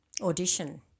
audition